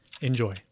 Enjoy